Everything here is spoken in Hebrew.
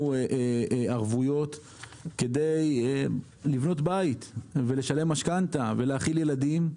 ערבויות כדי לבנות בית ולשלם משכנתה ולהאכיל ילדים.